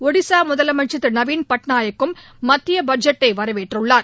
ஒடிஸா முதலமைச்சர் திரு நவின் பட்நாயக்கும் மத்திய பட்ஜெட்டை வரவேற்றுள்ளார்